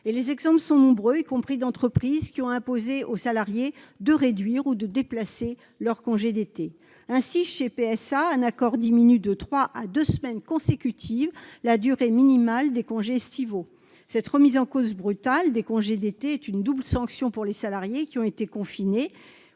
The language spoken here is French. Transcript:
vécue par les salariés. Certaines entreprises ont également imposé à leurs salariés de réduire ou de déplacer leurs congés d'été. Ainsi, chez PSA, un accord diminue de trois à deux semaines consécutives la durée minimale des congés estivaux. Cette remise en cause brutale des congés d'été est une double sanction pour les salariés, qu'ils aient été confinés